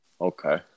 Okay